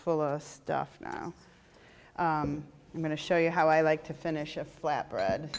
full of stuff now i'm going to show you how i like to finish a flatbread